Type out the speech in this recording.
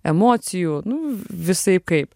emocijų nu visaip kaip